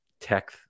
tech